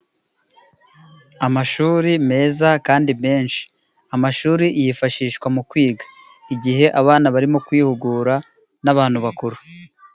Amashuri meza kandi menshi. Amashuri yifashishwa mu kwiga. Igihe abana barimo kwihugura n'abantu bakuru.